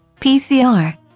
PCR